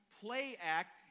play-act